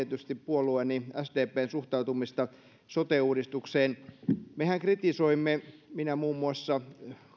samalla tietysti puolueeni sdpn suhtautumista sote uudistukseen mehän kritisoimme minä muun muassa